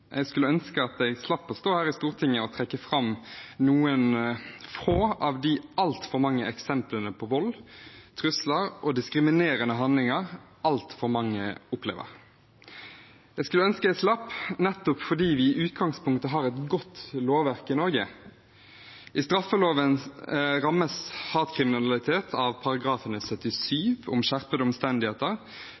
Jeg skulle ønske at jeg slapp å stå her i Stortinget og trekke fram noen få av de altfor mange eksemplene på vold, trusler og diskriminerende handlinger altfor mange opplever. Jeg skulle ønske jeg slapp, nettopp fordi vi i utgangspunktet har et godt lovverk i Norge. I straffeloven rammes hatkriminalitet av § 77, om skjerpede omstendigheter,